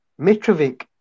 Mitrovic